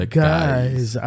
guys